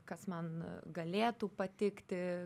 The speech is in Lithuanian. kas man galėtų patikti